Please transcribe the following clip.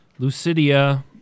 Lucidia